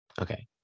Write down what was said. okay